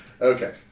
Okay